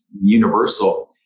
universal